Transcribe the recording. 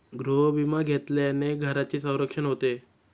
गृहविमा घेतल्याने घराचे संरक्षण होते